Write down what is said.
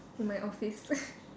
in my office